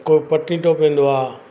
कोई पटनीटॉप वेंदो आहे